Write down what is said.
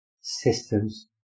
systems